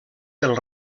del